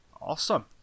Awesome